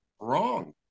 wrong